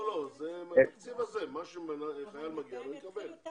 לא, זה מהתקציב הזה, מה שחייל מגיע לו יקבל.